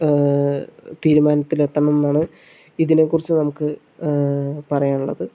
തീരുമാനത്തിൽ എത്തണം എന്നാണ് ഇതിനെക്കുറിച്ച് നമുക്ക് പറയാനുള്ളത്